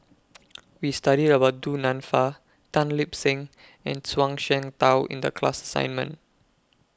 We studied about Du Nanfa Tan Lip Seng and Zhuang Shengtao in The class assignment